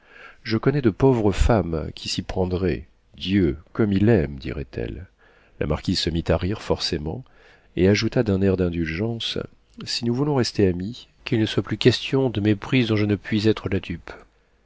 je connais de pauvres femmes qui s'y prendraient dieu comme il aime diraient elles la marquise se mit à rire forcément et ajouta d'un air d'indulgence si nous voulons rester amis qu'il ne soit plus question de méprises dont je ne puis être la dupe